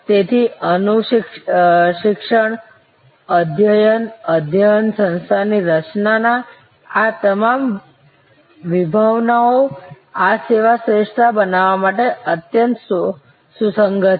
તેથીઅનુસિક્ષણ અધ્યયન અધ્યયન સંસ્થાની રચના આ તમામ વિભાવનાઓ આ સેવા શ્રેષ્ઠતા બનાવવા માટે અત્યંત સુસંગત છે